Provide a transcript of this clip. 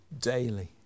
Daily